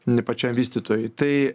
ne pačiam vystytojui tai